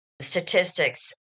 statistics